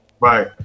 right